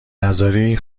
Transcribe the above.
نذاری